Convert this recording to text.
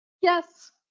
Yes